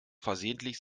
versehentlich